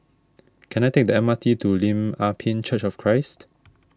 can I take the M R T to Lim Ah Pin Church of Christ